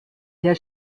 der